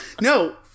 No